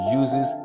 uses